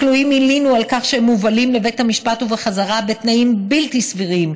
הכלואים הלינו על כך שהם מובלים לבית המשפט ובחזרה בתנאים בלתי סבירים,